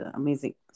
amazing